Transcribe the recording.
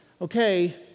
okay